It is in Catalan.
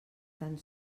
tan